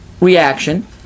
reaction